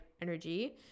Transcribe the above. energy